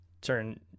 turn